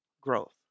growth